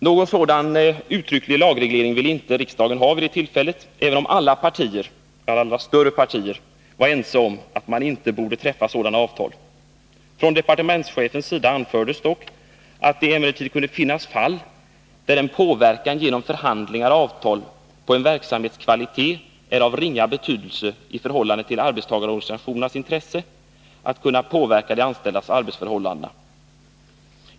Någon sådan uttrycklig lagreglering ville inte riksdagen ha vid det tillfället — även om alla större partier var ense om att man inte borde träffa sådana avtal. Från departementschefens sida anfördes dock att det kunde ”finnas fall där en påverkan genom förhandlingar och avtal på en verksamhets kvalitet är av ringa betydelse i förhållande till arbetstagarorganisationens intresse att kunna påverka de anställdas arbetsförhållanden.